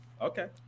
okay